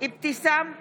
אבתיסאם מראענה,